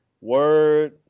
word